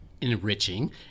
Enriching